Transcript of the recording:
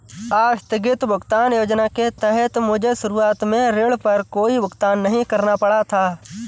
आस्थगित भुगतान योजना के तहत मुझे शुरुआत में ऋण पर कोई भुगतान नहीं करना पड़ा था